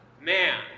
man